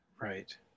Right